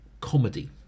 comedy